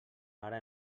ara